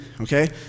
Okay